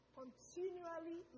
continually